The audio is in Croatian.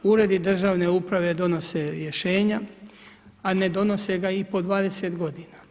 Uredi državne uprave donose rješenja, a ne donose ga i po 20 godina.